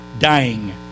dying